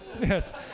Yes